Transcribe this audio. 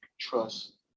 trust